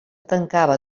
tancava